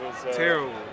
Terrible